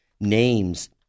names